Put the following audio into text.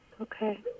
okay